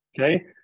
Okay